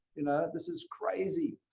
this is crazy.